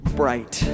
bright